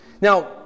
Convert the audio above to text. Now